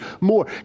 more